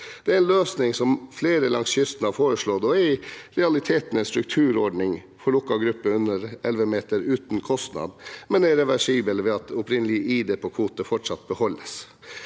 Det er en løsning flere langs kysten har foreslått, og er i realiteten en strukturordning for lukket gruppe under 11 meter uten kostnad, men er reversibel ved at opprinnelig ID på kvote fortsatt beholdes.